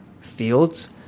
fields